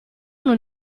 non